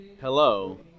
hello